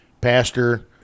Pastor